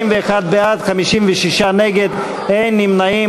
41 בעד, 56 נגד, אין נמנעים.